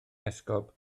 esgob